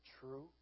true